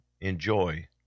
enjoy